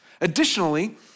Additionally